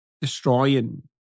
destroying